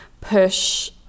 push